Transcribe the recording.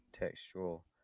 textual